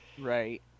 Right